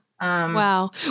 Wow